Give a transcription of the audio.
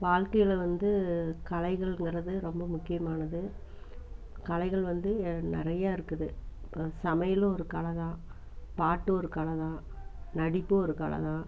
வாழ்க்கையில் வந்து கலைகள்ங்கிறது ரொம்ப முக்கியமானது கலைகள் வந்து நிறைய இருக்குது சமையலும் ஒரு கலைதான் பாட்டு ஒரு கலைதான் நடிப்பு ஒரு கலைதான்